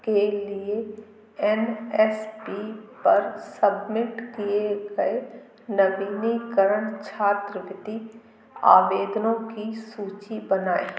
के लिए N S P पर सबमिट किए गए नवीनीकरण छात्रवृत्ति आवेदनों की सूची बनाएँ